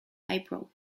april